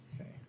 Okay